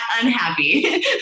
unhappy